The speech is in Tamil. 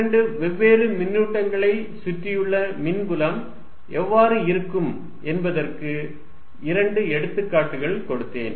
இரண்டு வெவ்வேறு மின்னூட்டங்களை சுற்றியுள்ள மின்புலம் எவ்வாறு இருக்கும் என்பதற்கு இரண்டு எடுத்துக்காட்டுகள் கொடுத்தேன்